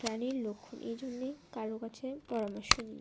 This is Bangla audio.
প্রাণীর লক্ষণ এই জন্যে কারো কাছে পরামর্শ নি